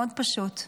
מאוד פשוט.